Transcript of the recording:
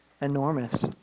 enormous